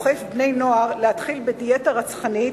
הדוחף בני-נוער להתחיל בדיאטה רצחנית